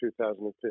2015